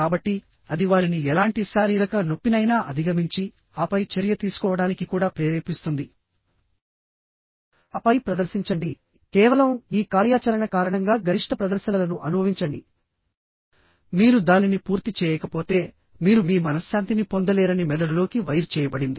కాబట్టి అది వారిని ఎలాంటి శారీరక నొప్పినైనా అధిగమించి ఆపై చర్య తీసుకోవడానికి కూడా ప్రేరేపిస్తుంది ఆపై ప్రదర్శించండి కేవలం ఈ కార్యాచరణ కారణంగా గరిష్ట ప్రదర్శనలను అనుభవించండి మీరు దానిని పూర్తి చేయకపోతే మీరు మీ మనశ్శాంతిని పొందలేరని మెదడులోకి వైర్ చేయబడింది